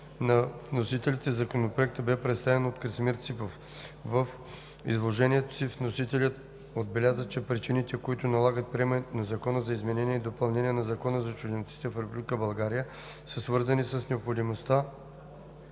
на вносителите Законопроектът бе представен от Красимир Ципов. В изложението си вносителят отбеляза, че причините, които налагат приемането на Закона за изменение и допълнение на Закона за чужденците в Република България са свързани с необходимостта